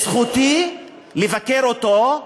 זכותי לבקר אותו,